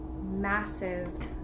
massive